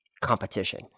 competition